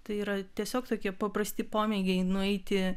tai yra tiesiog tokie paprasti pomėgiai nueiti